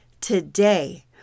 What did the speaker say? today